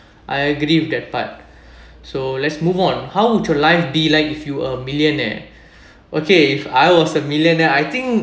I agree with that part so let's move on how would your life be like if you a millionaire okay if I was a millionaire I think